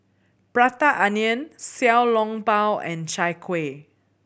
Prata Onion Xiao Long Bao and Chai Kueh